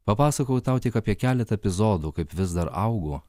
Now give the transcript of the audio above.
papasakojau tau tik apie keletą epizodų kaip vis dar augu